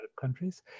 countries